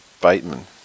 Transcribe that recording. Bateman